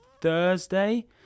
Thursday